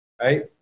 right